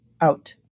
out